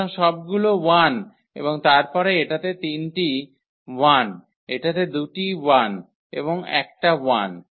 সুতরাং সবগুলো 1 এবং তারপরে এটাতে তিনটি 1 এটাতে দুটি 1 এবং একটা 1